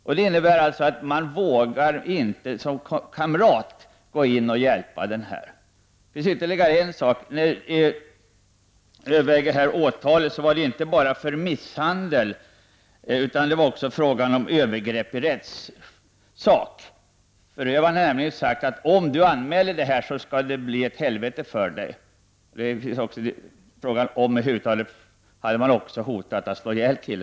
Detta innebär alltså att man som kamrat inte vågar hjälpa den mobbade. Åtalet gällde inte bara misshandel, utan det var också fråga om övergrepp i rättssak. Förövaren hade nämligen sagt, att om den värnpliktige skulle anmäla det inträffade, skulle det bli ett helvete för honom. Under överfallet hade man också hotat att slå ihjäl pojken.